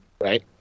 Right